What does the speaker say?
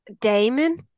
Damon